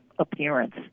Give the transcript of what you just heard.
Appearance